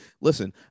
Listen